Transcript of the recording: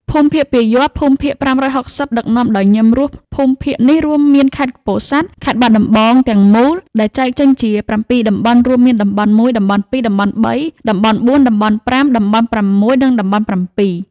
ភូមិភាគពាយ័ព្យ (ភូមិភាគ៥៦០) ដឹកនាំដោយ ញឹម រស់ ភូមិភាគនេះរួមមានខេត្តពោធិ៍សាត់ និងខេត្តបាត់ដំបង ទាំងមូល ដែលចែកចេញជាប្រាំពីរតំបន់រួមមានតំបន់១ តំបន់២ តំបន់៣ តំបន់៤ តំបន់៥ តំបន់៦ និងតំបន់៧។